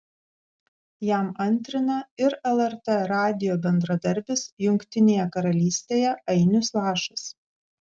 jam antrina ir lrt radijo bendradarbis jungtinėje karalystėje ainius lašas